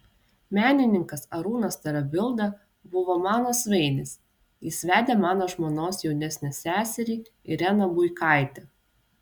menininkas arūnas tarabilda buvo mano svainis jis vedė mano žmonos jaunesnę seserį ireną buikaitę